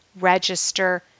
register